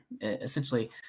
Essentially